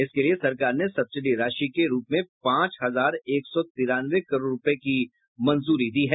इसके लिये सरकार ने सब्सिडी राशि के रूप में पांच हजार एक सौ तिरानवे करोड़ रूपये की मंजूरी दी है